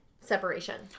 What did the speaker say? separation